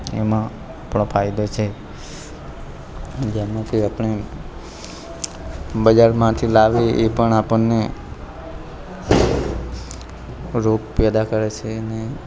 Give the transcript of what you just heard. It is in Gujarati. એમાં આપણો ફાયદો છે જેમકે આપણે બજારમાંથી લાવીએ એ પણ આપણને રોગ પેદા કરે છે ને